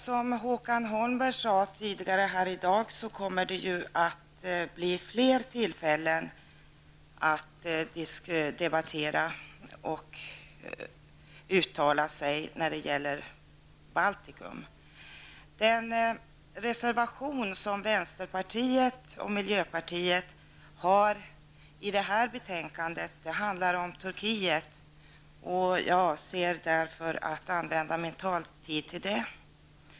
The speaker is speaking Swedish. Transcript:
Som Håkan Holmberg sade tidigare i dag kommer det att bli fler tillfällen att debattera och uttala sig när det gäller Baltikum. Den reservation som vänsterpartiet och miljöpartiet har tillsammans i det här betänkandet handlar om Turkiet. Jag avser därför att använda min taletid för den reservationen.